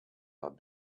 not